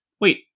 wait